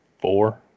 four